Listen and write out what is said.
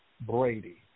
Brady